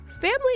family